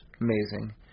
Amazing